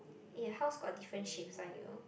eh your house got different shapes one you know